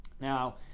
Now